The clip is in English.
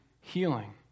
healing